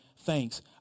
thanks